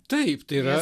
taip tai yra